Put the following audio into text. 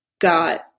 got